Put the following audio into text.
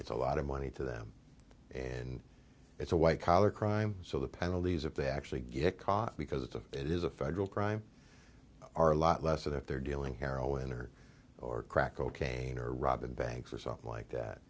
it's a lot of money to them and it's a white collar crime so the penalties if they actually get caught because of it is a federal crime are a lot less if they're dealing heroin or or crack cocaine or robbing banks or something like that